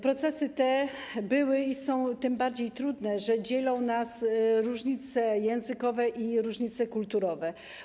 Procesy te były i są tym bardziej trudne, że dzielą nas różnice językowe i kulturowe.